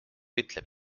ütleb